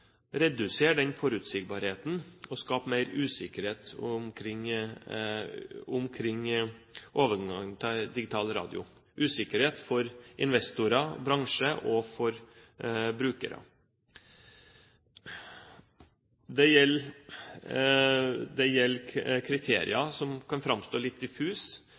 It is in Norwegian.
redusere forutsigbarheten og skape mer usikkerhet omkring overgangen til digital radio, bl.a. for investorer, bransje og brukere. Det gjelder kriterier som kan framstå som litt diffuse, bl.a. kriteriene om merverdi for lyttere og krav til teknisk tilpassing for radio i